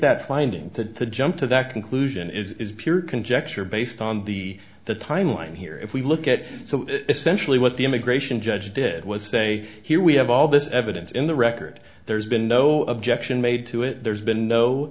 that finding to jump to that conclusion is a pure conjecture based on the the timeline here if we look at so essentially what the immigration judge did was say here we have all this evidence in the record there's been no objection made to it there's been no